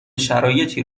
شرایطی